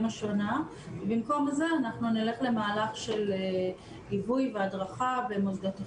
השנה; במקום זה אנחנו נלך למהלך של ליווי והדרכה במוסדות החינוך.